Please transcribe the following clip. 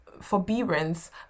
forbearance